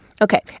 Okay